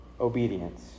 obedience